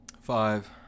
Five